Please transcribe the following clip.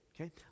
okay